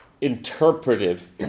Interpretive